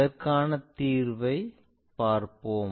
அதற்கான தீர்வை பார்ப்போம்